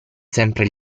sempre